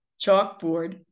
chalkboard